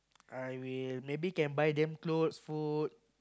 I will maybe can buy them clothes food